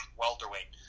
welterweight